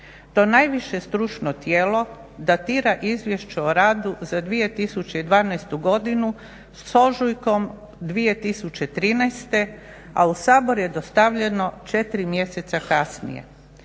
To najviše stručno tijelo datira izvješće o radu za 2012. godinu s ožujkom 2013., a u Sabor je dostavljeno 4 mjeseca kasnije.